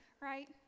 right